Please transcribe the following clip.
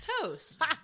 toast